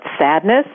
sadness